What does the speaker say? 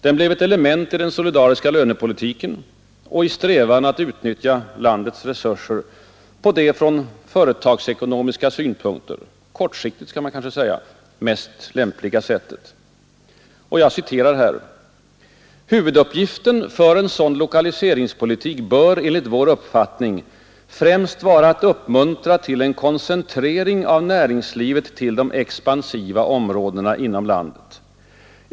Den blev ett element i den solidariska lönepolitiken och i strävan att utnyttja landets resurser på det från företagsekonomiska synpunkter — kortsiktigt kan man kanske säga — mest lämpliga sättet. ”Huvuduppgiften för en sådan lokaliseringspolitik bör, enligt vår uppfattning, främst vara att uppmuntra till en koncentrering av näringslivet till de expansiva områdena inom landet.